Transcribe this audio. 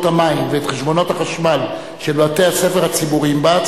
המים ואת חשבונות החשמל של בתי-הספר הציבוריים בה,